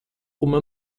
uma